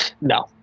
No